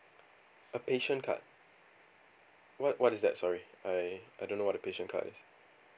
a patient card what what is that sorry I I don't know what a patient card is